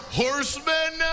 horsemen